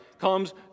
comes